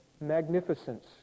magnificence